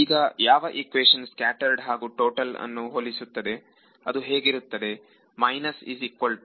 ಈಗ ಯಾವ equation scattered ಹಾಗೂ ಟೋಟಲ್ ಅನ್ನು ಹೋಲಿಸುತ್ತದೆ ಅದು ಹೇಗಿರುತ್ತದೆ ಮೈನಸ್ ಈಸ್ ಇಕ್ವಲ್ ಟು